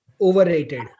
overrated